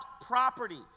property